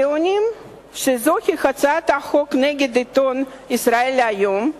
טוענים שזוהי הצעת חוק נגד העיתון "ישראל היום",